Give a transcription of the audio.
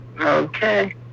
okay